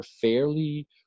fairly